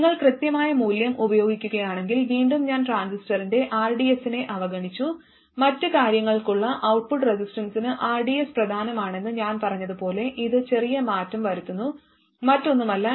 നിങ്ങൾ കൃത്യമായ മൂല്യം ഉപയോഗിക്കുകയാണെങ്കിൽ വീണ്ടും ഞാൻ ട്രാൻസിസ്റ്ററിന്റെ rds നെ അവഗണിച്ചു മറ്റ് കാര്യങ്ങൾക്കുള്ള ഔട്ട്പുട്ട് റെസിസ്റ്റൻസിന് rds പ്രധാനമാണെന്ന് ഞാൻ പറഞ്ഞതുപോലെ ഇത് ചെറിയ മാറ്റം വരുത്തുന്നു മറ്റൊന്നുമല്ല